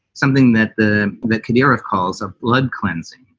something that the the idea of calls a blood cleansing.